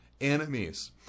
enemies